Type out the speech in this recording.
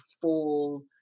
full